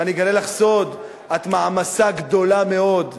ואני אגלה לך סוד: את מעמסה גדולה מאוד.